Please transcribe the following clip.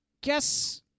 guess